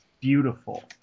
Beautiful